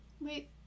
Wait